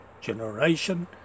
generation